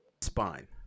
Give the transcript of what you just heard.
spine